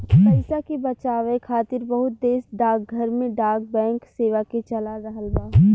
पइसा के बचावे खातिर बहुत देश डाकघर में डाक बैंक सेवा के चला रहल बा